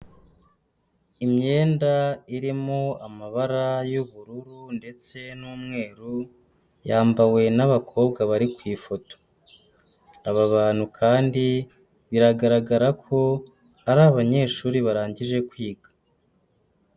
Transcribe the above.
Imyenda irimo amabara y'ubururu ndetse n'umweru, yambawe n'abakobwa bari ku ifoto, aba bantu kandi biragaragara ko ari abanyeshuri barangije kwiga.